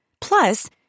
Plus